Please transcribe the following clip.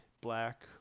black